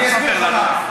בוא תספר לנו.